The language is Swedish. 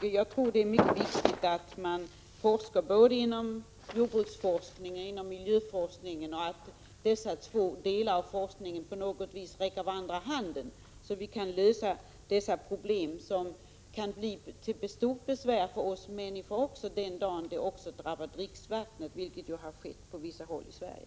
Det är mycket viktigt att man arbetar både inom jordbruksforskningen och inom miljöforskningen och att man inom dessa två delar av forskningen på något vis räcker varandra handen, så att man kan lösa dessa problem, som kan bli till stort besvär också för oss människor den dag föroreningarna drabbar dricksvattnet, vilket ju har skett på vissa håll i Sverige.